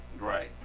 Right